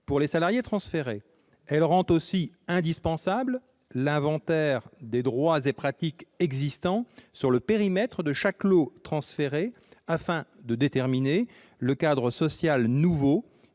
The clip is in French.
pour les salariés transférés. De plus, elle rend indispensable l'inventaire des droits et pratiques existants dans le périmètre de chaque lot transféré, afin de déterminer le cadre social nouveau